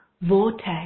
vortex